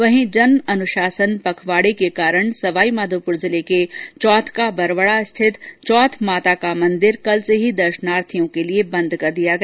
वहीं जन अनुशासन पखवाड़े के कारण सवाईमाधोपुर जिले के चौथ का बरवाड़ा स्थित चौथ माता का मंदिर कल से ही दर्शार्थियों के लिए बंद कर दिया गया